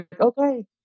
okay